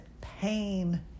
pain